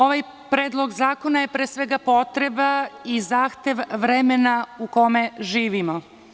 Ovaj predlog zakona je pre svega potreba i zahtev vremena u kome živimo.